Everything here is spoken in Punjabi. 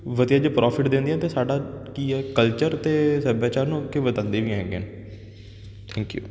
ਵਧੀਆ ਜਿਹਾ ਪ੍ਰੋਫਿਟ ਦਿੰਦੀਆਂ ਅਤੇ ਸਾਡਾ ਕੀ ਹੈ ਕਲਚਰ ਅਤੇ ਸੱਭਿਆਚਾਰ ਨੂੰ ਅੱਗੇ ਵਧਾਉਂਦੀਆਂ ਵੀ ਹੈਗੀਆਂ ਥੈਂਕ ਯੂ